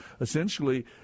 essentially